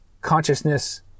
consciousness